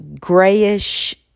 grayish